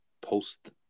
post